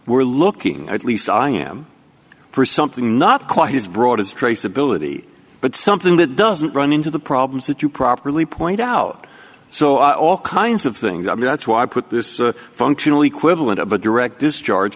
we're looking at least i am for something not quite as broad as traceability but something that doesn't run into the problems that you properly point out so all kinds of things i mean that's why i put this functionally equivalent of a direct discharge